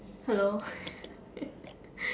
hello